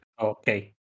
Okay